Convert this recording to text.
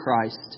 Christ